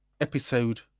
episode